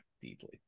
deeply